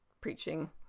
preaching